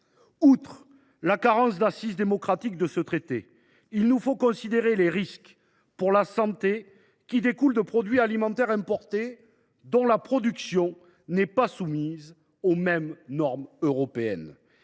Outre la carence d’assise démocratique de ce traité, il nous faut considérer les risques pour la santé qui découlent de l’importation de produits alimentaires dont la production n’est pas soumise aux mêmes normes qu’en